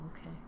okay